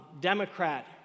Democrat